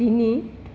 তিনি